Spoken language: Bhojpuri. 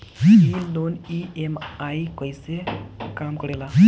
ई लोन ई.एम.आई कईसे काम करेला?